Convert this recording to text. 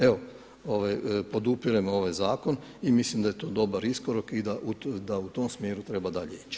Evo podupirem ovaj zakon i mislim da je to dobar iskorak i da u tom smjeru treba dalje ići.